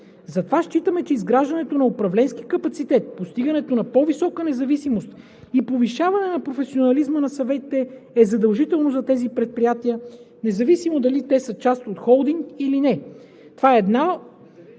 Затова считаме, че изграждането на управленски капацитет, постигането на по-висока независимост и повишаване на професионализма на съветите е задължително за тези предприятия, независимо дали те са част от холдинг или не.“